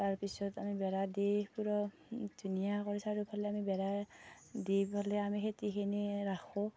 তাৰ পিছত আমি বেৰা দি পূৰা ধুনীয়াকৈ চাৰিওফালে আমি বেৰা দি পেলাই আমি খেতিখিনি ৰাখোঁ